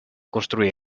construí